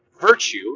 virtue